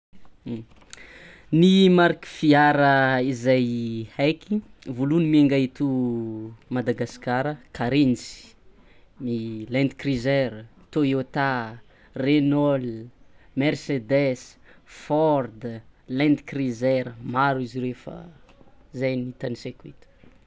Ny mariky fiara zay heky: voalohany miainga eto Madagasikara karenjy, land cruiser, toyota, renault, mercedes, ford, land cruiser maro izy reo fa zay no tanisaiko eto.